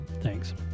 Thanks